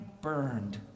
burned